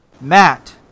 Matt